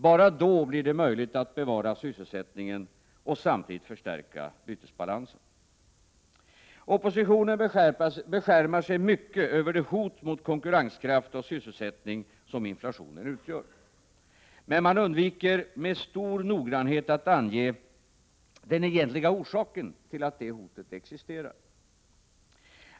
Bara då blir det möjligt att bevara sysselsättningen och samtidigt förstärka bytesbalansen. Oppositionen beskärmar sig mycket över det hot mot konkurrenskraft och sysselsättning som inflationen utgör. Men man undviker med stor noggrannhet att ange den egentliga orsaken till att detta hot existerar.